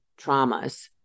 traumas